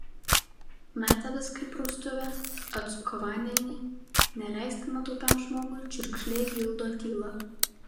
meta viską į praustuvę atsuka vandenį neleistina taupiam žmogui čiurkšlė gildo tylą